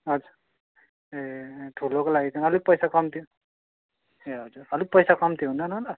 हजुर ए ठुलोको लागि त अलिक पैसा कम्ती ए हजुर अलिक पैसा कम्ती हुँदैन र